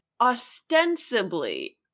ostensibly